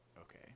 okay